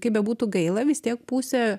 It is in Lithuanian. kaip bebūtų gaila vis tiek pusė